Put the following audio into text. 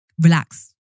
relax